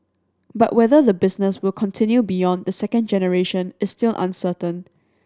but whether the business will continue beyond the second generation is still uncertain